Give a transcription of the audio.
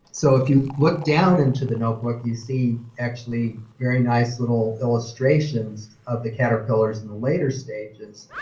so if you look down into the notebook, you see actually very nice little illustrations of the caterpillars in the later stages.